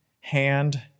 hand